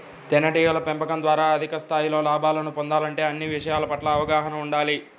తేనెటీగల పెంపకం ద్వారా అధిక స్థాయిలో లాభాలను పొందాలంటే అన్ని విషయాల పట్ల అవగాహన ఉండాలి